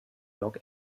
york